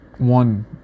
One